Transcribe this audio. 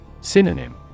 Synonym